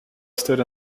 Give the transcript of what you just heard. stood